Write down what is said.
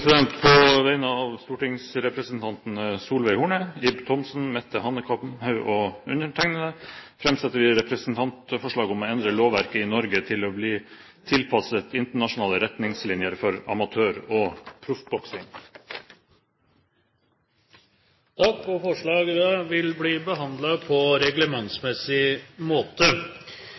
På vegne av stortingsrepresentantene Solveig Horne, Ib Thomsen, Mette Hanekamhaug og meg selv framsetter jeg representantforslag om å endre lovverket i Norge for å bli tilpasset internasjonale retningslinjer for amatør- og proffboksing. Forslagene vil bli behandlet på reglementsmessig måte.